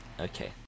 Okay